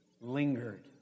lingered